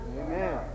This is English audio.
Amen